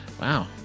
Wow